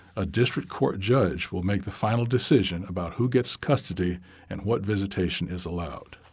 a district court judge will make the final decision about who gets custody and what visitation is allowed.